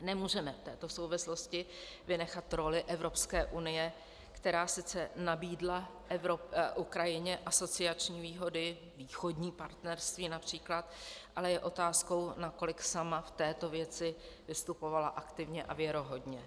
Nemůžeme v této souvislosti vynechat roli Evropské unie, která sice nabídla Ukrajině asociační výhody, Východní partnerství například, ale je otázku, nakolik sama v této věci vystupovala aktivně a věrohodně.